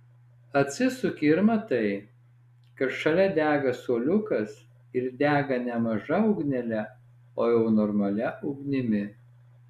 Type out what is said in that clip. atsisuki ir matai kad šalia dega suoliukas ir dega ne maža ugnele o jau normalia ugnimi